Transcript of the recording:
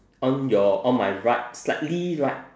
on your on my right slightly right